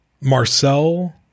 Marcel